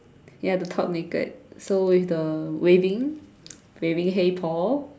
ya the top naked so with the waving waving hey Paul